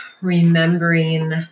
remembering